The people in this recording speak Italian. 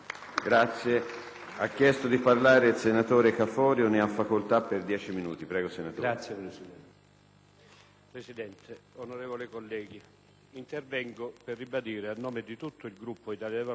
Presidente, onorevoli colleghi, intervengo per ribadire, a nome di tutto il Gruppo Italia dei Valori, che riconosciamo pienamente l'importanza della partecipazione dell'Italia alle missioni internazionali in generale.